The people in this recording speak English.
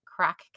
crack